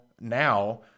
now